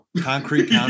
concrete